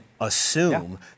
assume